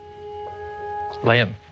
Liam